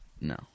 No